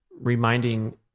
reminding